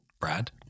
Brad